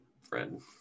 friend